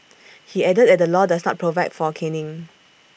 he added that the law does not provide for caning